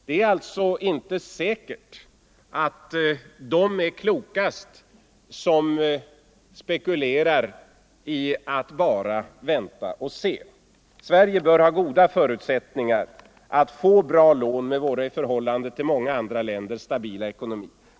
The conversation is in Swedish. Det är alltså inte säkert att de är klokast som spekulerar i att bara vänta och se. Sverige bör ha goda förutsättningar att få bra lån med vår, i förhållande till många andra länders, stabila ekonomi.